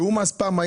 תיאום מס פעם,